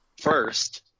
first